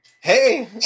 Hey